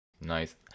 Nice